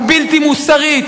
הבלתי מוסרית,